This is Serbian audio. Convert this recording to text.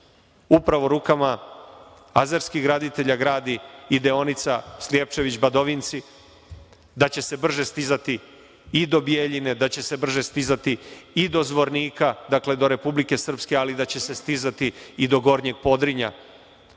upravo rukama azvertskih graditelja gradi i deonica Sljepčević – Badovinci, brže stizati i do Bjeljine i da će se brže stizati i do Zvornika, dakle do Republike Srpske, ali da će se stizati i do Gornjeg Podrinja,